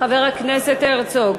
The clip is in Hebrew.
חבר הכנסת הרצוג